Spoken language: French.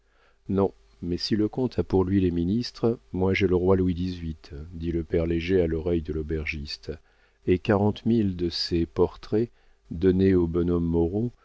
non mais si le comte a pour lui les ministres moi j'ai le roi louis xviii dit le père léger à l'oreille de l'aubergiste et quarante mille de ses portraits donnés au bonhomme moreau